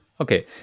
okay